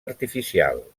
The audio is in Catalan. artificial